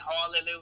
hallelujah